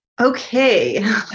Okay